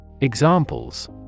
Examples